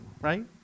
right